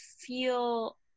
feel